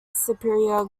superior